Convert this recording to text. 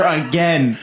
again